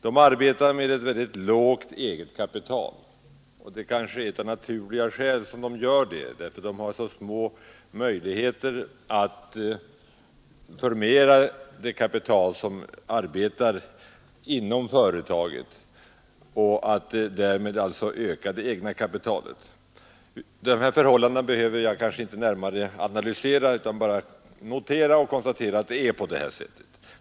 De arbetar med ett mycket litet eget kapital, och det är kanske av naturliga skäl som de gör det — de har små möjligheter att förmera det kapital som arbetar inom företagen och på det sättet öka det egna kapitalet. De här förhållandena behöver jag kanske inte närmare analysera utan bara notera och konstatera att det är på det sättet.